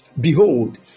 Behold